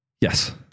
Yes